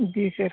जी sir